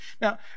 now